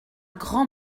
grand